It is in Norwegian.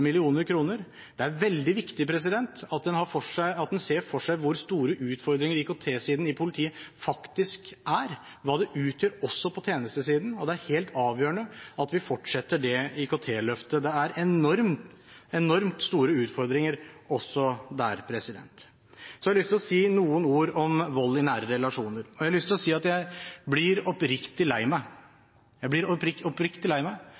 Det er veldig viktig at en ser for seg hvor store utfordringer IKT-siden i politiet faktisk har, hva det utgjør også på tjenestesiden. Det er helt avgjørende at vi fortsetter det IKT-løftet. Det er enormt store utfordringer også der. Så har jeg lyst til å si noen ord om vold i nære relasjoner. Jeg blir oppriktig lei meg når Arbeiderpartiet forsøker å skape et inntrykk av at jeg